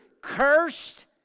cursed